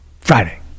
Friday